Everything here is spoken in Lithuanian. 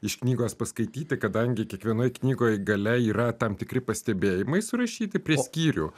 iš knygos paskaityti kadangi kiekvienoj knygoj gale yra tam tikri pastebėjimai surašyti prie skyrių